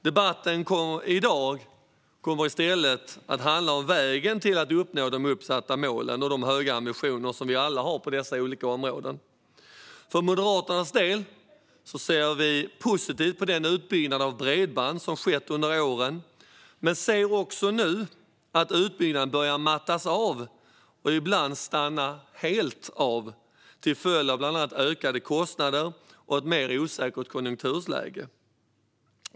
Debatten i dag kommer i stället att handla om vägen till att uppnå de uppsatta målen och de höga ambitioner som vi alla har på dessa olika områden. För Moderaternas del ser vi positivt på den utbyggnad av bredband som har skett under åren men ser också att utbyggnaden nu börjat mattas av och ibland stanna av helt till följd av bland annat ökade kostnader och ett mer osäkert konjunkturläge.